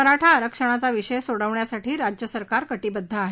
मराठा आरक्षणाचा विषय सोडवण्यासाठी राज्य सरकार कटिबद्ध आहे